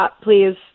please